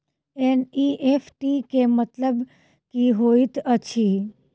NEFT केँ मतलब की होइत अछि?